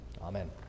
Amen